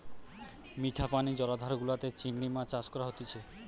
মিঠা পানি জলাধার গুলাতে চিংড়ি মাছ চাষ করা হতিছে